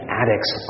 addicts